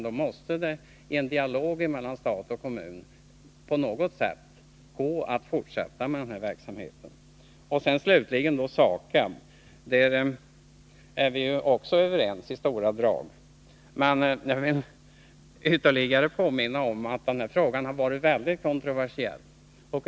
Då måste det till en dialog mellan stat och kommun, så att man på något sätt kan fortsätta med verksamheten. När det slutligen gäller SAKAB är vi också i stora drag överens. Men jag vill ytterligare påminna om att den frågan har varit mycket kontroversiell.